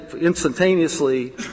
instantaneously –